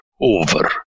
over